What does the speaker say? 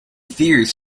fears